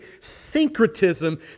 syncretism